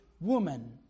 woman